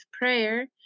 prayer